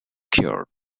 cured